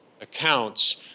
accounts